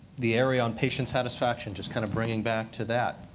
the area on patient satisfaction, just kind of bringing back to that,